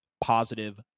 positive